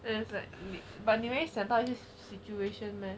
then it's like but 你会想到一些 situation meh